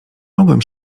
mogłem